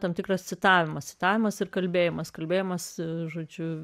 tam tikras citavimas citavimas ir kalbėjimas kalbėjimas žodžiu